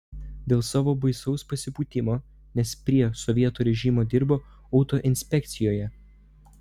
dėl savo baisaus pasipūtimo nes prie sovietų režimo dirbo autoinspekcijoje